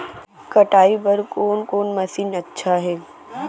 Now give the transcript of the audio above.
कटाई बर कोन कोन मशीन अच्छा हे?